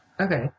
Okay